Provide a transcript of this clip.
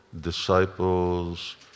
disciples